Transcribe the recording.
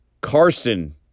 Carson